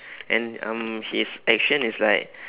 and um his action is like